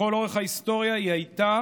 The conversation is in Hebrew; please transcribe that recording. לכל אורך ההיסטוריה היא הייתה